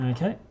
Okay